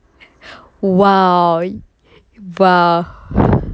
!wow! !wow!